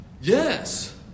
Yes